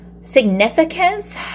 significance